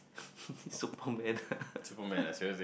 superman